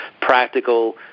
practical